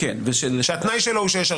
זה התנאי שלו.